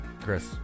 Chris